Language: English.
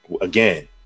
again